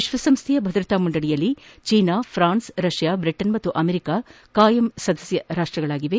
ವಿಶ್ವಸಂಸ್ಥೆಯ ಭದ್ರತಾ ಮಂಡಳಿಯಲ್ಲಿ ಚೀನಾ ಪ್ರಾನ್ಸ್ ರಷ್ಯಾ ಬ್ರಿಟನ್ ಮತ್ತು ಅಮೆರಿಕ ಕಾಯಂ ಸದಸ್ಯ ರಾಷ್ಟಗಳಾಗಿವೆ